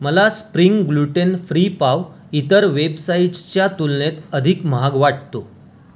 मला spring gluten free पाव इतर वेबसाइट्सच्या तुलनेत अधिक महाग वाटतो